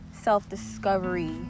self-discovery